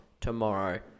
Tomorrow